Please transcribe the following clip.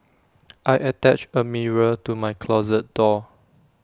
I attached A mirror to my closet door